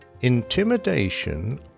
intimidation